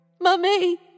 Mummy